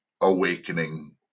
awakening